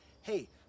Hey